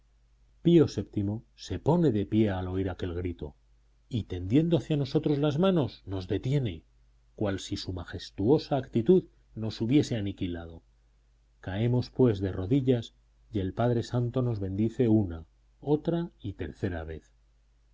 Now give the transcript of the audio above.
pío vii se pone de pie al oír aquel grito y tendiendo hacia nosotros las manos nos detiene cual si su majestuosa actitud nos hubiese aniquilado caemos pues de rodillas y el padre santo nos bendice una otra y tercera vez